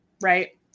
Right